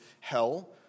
hell